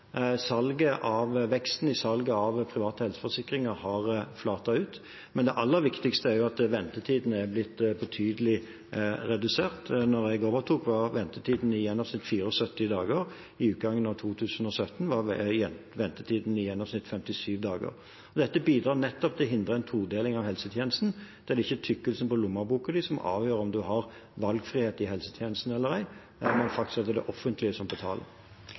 Veksten i salget av private helseforsikringer har flatet ut, men det aller viktigste er at ventetidene er betydelig redusert. Da jeg overtok, var ventetiden i gjennomsnitt 74 dager. Ved utgangen av 2017 var den i gjennomsnitt 57 dager. Dette bidrar til å hindre en todeling av helsetjenesten ved at det ikke er tykkelsen på lommeboka som avgjør om en har valgfrihet i helsetjenesten eller ei, men at det er det offentlige som betaler.